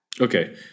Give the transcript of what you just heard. Okay